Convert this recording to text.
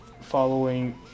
following